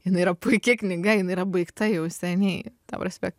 jinai yra puiki knyga jinai yra baigta jau seniai ta prasme